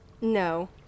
No